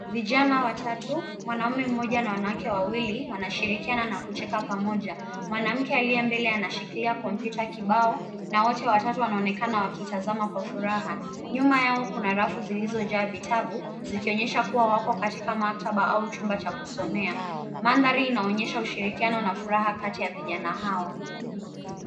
Vijana watatu mwanaume mmoja na wanawake wawili wanashirikiana na kucheka pamoja. Mwanamke aliye mbele anashikilia kompyuta kibao na wote watatu wanaonekana wakitazama kwa furaha. Nyuma yao kuna rafu zilizo jaa vitabu zikionyesha kuwa wako kwenye maktaba au chumba cha kusomea. Mandhari inaonyesha ushirikiano na furaha kati ya vijana hao.